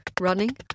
running